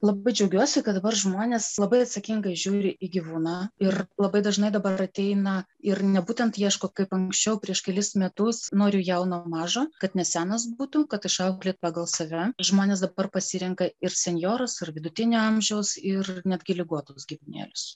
labai džiaugiuosi kad dabar žmonės labai atsakingai žiūri į gyvūną ir labai dažnai dabar ateina ir ne būtent ieško kaip anksčiau prieš kelis metus noriu jauno mažo kad nesenas būtų kad išauklėt pagal save žmonės dabar pasirenka ir senjorus ir vidutinio amžiaus ir netgi ligotus gyvūnėlius